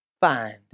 find